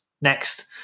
next